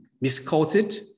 misquoted